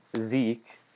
Zeke